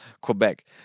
Quebec